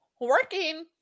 working